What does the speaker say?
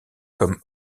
comme